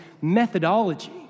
methodology